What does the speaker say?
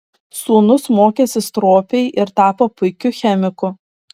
sūnus mokėsi stropiai ir tapo puikiu chemiku